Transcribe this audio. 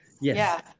Yes